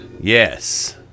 Yes